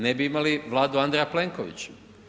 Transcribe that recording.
Ne bi imali Vladu Andreja Plenkovića.